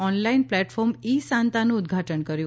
online platform e સાન્તાનું ઉદઘાટન કર્યું